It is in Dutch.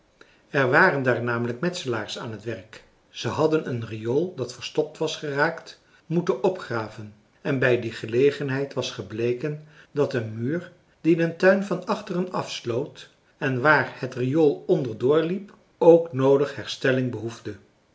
er waren daar namelijk metselaars aan t werk zij hadden een riool dat verstopt was geraakt moeten opgraven en bij die gelegenheid was gebleken dat een muur die den tuin van achteren afsloot en waar het riool onderdoor liep ook noodig herstelling behoefde